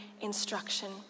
instruction